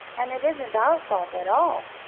and it isn't our fault at all.